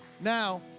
now